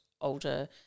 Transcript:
older